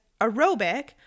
aerobic